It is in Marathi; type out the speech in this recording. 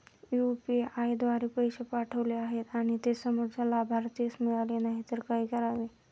यु.पी.आय द्वारे पैसे पाठवले आणि ते समोरच्या लाभार्थीस मिळाले नाही तर काय करावे?